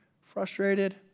frustrated